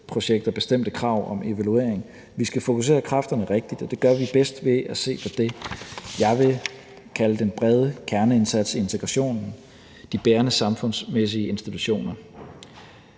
bestemte krav om evaluering. Vi skal fokusere kræfterne rigtigt, og det gør vi bedst ved at se på det, jeg vil kalde den brede kerneindsats i integrationen, nemlig de bærende samfundsmæssige institutioner.